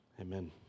amen